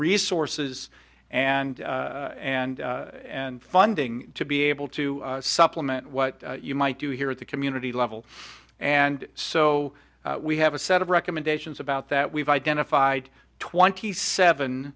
resources and and and funding to be able to supplement what you might do here at the community level and so we have a set of recommendations about that we've identified twenty seven